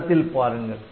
படத்தில் பாருங்கள்